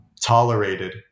tolerated